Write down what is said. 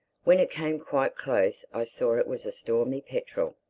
when it came quite close i saw it was a stormy petrel.